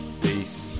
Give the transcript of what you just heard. peace